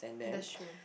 that should